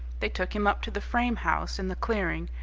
they took him up to the frame house in the clearing,